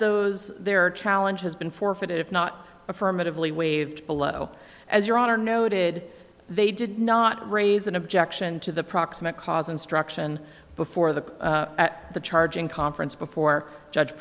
those their challenge has been forfeited if not affirmatively waived below as your honor noted they did not raise an objection to the proximate cause instruction before the at the charging conference before judge